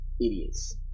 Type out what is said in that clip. idiots